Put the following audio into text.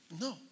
no